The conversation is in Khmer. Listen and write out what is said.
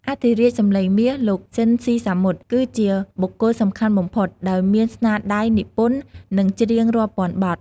អធិរាជសំឡេងមាស លោក ស៊ីន ស៊ីសាមុត គឺជាបុគ្គលសំខាន់បំផុត ដោយមានស្នាដៃនិពន្ធ និងច្រៀងរាប់ពាន់បទ។